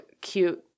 cute